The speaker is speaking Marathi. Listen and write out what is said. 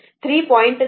67 3